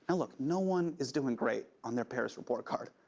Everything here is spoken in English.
and look, no one is doing great on their paris report card,